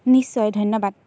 নিশ্চয় ধন্যবাদ